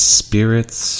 spirits